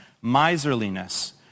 miserliness